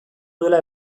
duela